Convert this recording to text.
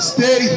Stay